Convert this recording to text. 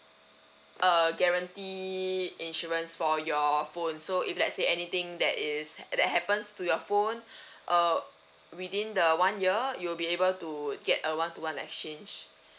uh guarantee insurance for your phone so if let say anything that is that happens to your phone uh within the one year you'll be able to get a one to one exchange